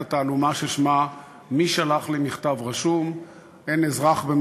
התעלומה ששמה "מי שלח לי מכתב רשום?" אין אזרח או אזרחית